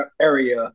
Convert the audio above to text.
area